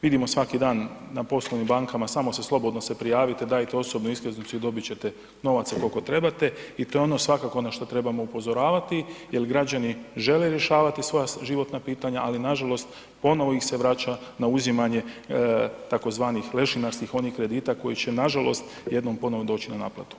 Vidimo svaki dan na poslovnim bankama, samo se, slobodno se prijavite, dajte osobnu iskaznicu i dobit ćete novaca koliko trebate i to je ono svakako na što trebamo upozoravati jer građani žele rješavati svoja životna pitanja, ali nažalost ponovo ih se vraća na uzimanje tzv. lešinarskih onih kredita koji će nažalost jednom ponovno doći na naplatu, hvala lijepo.